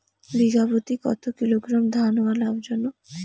বিঘা প্রতি কতো কিলোগ্রাম ধান হওয়া লাভজনক?